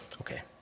Okay